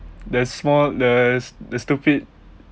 the small the the stupid